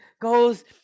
goes